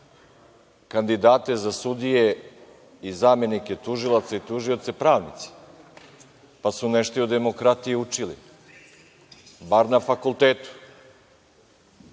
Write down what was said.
kandidate za sudije i zamenike tužilaca i tužioce pravnici, pa su nešto i o demokratiji učili bar na fakultetu.